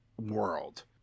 world